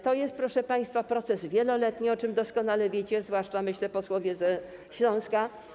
To jest, proszę państwa, proces wieloletni, o czym doskonale wiecie, zwłaszcza, jak myślę, posłowie ze Śląska.